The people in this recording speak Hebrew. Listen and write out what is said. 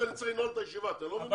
אני צריך לנעול את הישיבה ב-11.